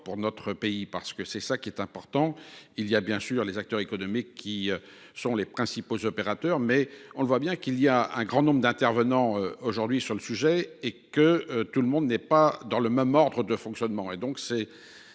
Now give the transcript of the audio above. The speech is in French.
pour notre pays parce que c'est ça qui est important, il y a bien sûr les acteurs économiques qui sont les principaux opérateurs mais on le voit bien qu'il y a un grand nombre d'intervenants aujourd'hui sur le sujet et que tout le monde n'est pas dans le même ordre de fonctionnement